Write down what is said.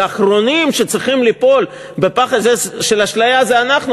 אבל האחרונים שצריכים ליפול בפח הזה של אשליה זה אנחנו,